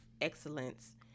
excellence